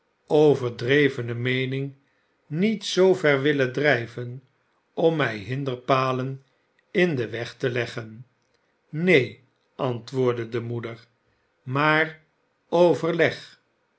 overdrevene meening niet zoo ver willen drijven om mij hinderpalen in den weg te leggen neen antwoordde de moeder maar overleg